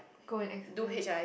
go and exercise